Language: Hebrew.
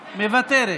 מוותרת,